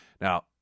Now